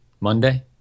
Monday